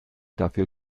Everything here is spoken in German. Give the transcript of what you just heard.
dafür